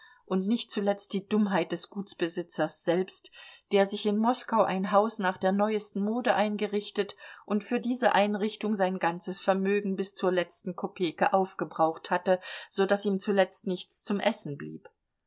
und nicht zuletzt die dummheit des gutsbesitzers selbst der sich in moskau ein haus nach der neuesten mode eingerichtet und für diese einrichtung sein ganzes vermögen bis zur letzten kopeke aufgebraucht hatte so daß ihm zuletzt nichts zum essen blieb